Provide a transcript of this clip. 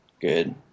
Good